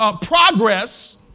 progress